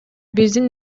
биздин